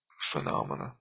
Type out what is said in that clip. phenomena